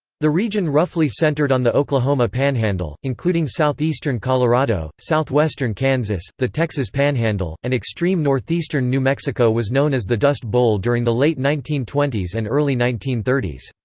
the region roughly centered on the oklahoma panhandle, including southeastern colorado, southwestern kansas, the texas panhandle, and extreme northeastern new mexico was known as the dust bowl during the late nineteen twenty s and early nineteen thirty s.